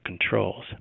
controls